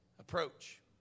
approach